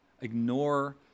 ignore